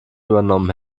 übernommen